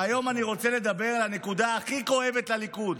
והיום אני רוצה לדבר על הנקודה שהכי כואבת לליכוד,